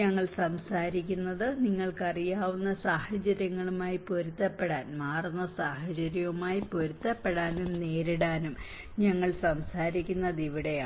ഞങ്ങൾ സംസാരിക്കുന്നത് നിങ്ങൾക്കറിയാവുന്ന സാഹചര്യങ്ങളുമായി പൊരുത്തപ്പെടാൻ മാറുന്ന സാഹചര്യങ്ങളുമായി പൊരുത്തപ്പെടാനും നേരിടാനും ഞങ്ങൾ സംസാരിക്കുന്നത് ഇവിടെയാണ്